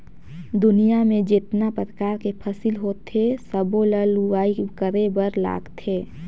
दुनियां में जेतना परकार के फसिल होथे सबो ल लूवाई करे बर लागथे